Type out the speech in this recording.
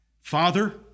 Father